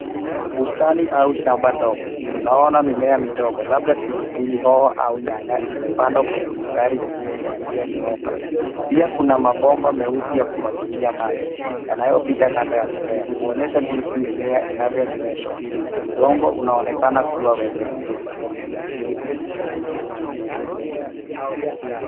Bustani au shamba ndogo. Tunaona mimea midogo labda pilipili hoho au nyanya imepandwa kwenye mistari iliyonyooka. Pia kuna mabomba meusi ya kumwagilia maji, yanayopita kando ya mimea, kuonyesha jinsi mimea inavyonyweshwa. Udongo unaonekana kuwa wenye rutuba.